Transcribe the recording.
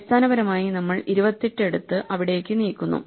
അടിസ്ഥാനപരമായി നമ്മൾ 28 എടുത്ത് അവിടേക്ക് നീക്കുന്നു